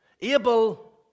Abel